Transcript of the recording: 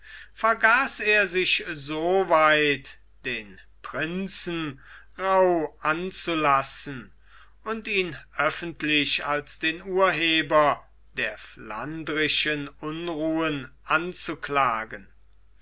vergaß er sich so weit den prinzen rauh anzulassen und ihn öffentlich als den urheber der flandrischen unruhen anzuklagen